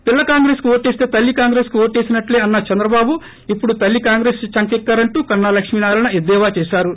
pillow కాంగ్రెస్కు ఓటేస్త తల్లి కాంగ్రెస్కు ఓటేసినట్లే అన్న చంద్రబాబు ఇప్పుడు తల్లి కాంగ్రెస్ చంకెక్కారంటూ కన్నా లక్ష్మీ నారాయణ ఎద్దేవా చేశారు